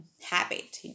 habit